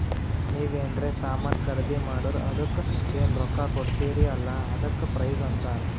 ನೀವ್ ಎನ್ರೆ ಸಾಮಾನ್ ಖರ್ದಿ ಮಾಡುರ್ ಅದುಕ್ಕ ಎನ್ ರೊಕ್ಕಾ ಕೊಡ್ತೀರಿ ಅಲ್ಲಾ ಅದಕ್ಕ ಪ್ರೈಸ್ ಅಂತಾರ್